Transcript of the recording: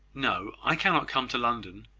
no i cannot come to london.